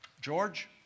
George